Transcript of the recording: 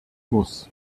muss